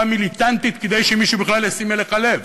מיליטנטיות כדי שמישהו בכלל ישים אליך לב.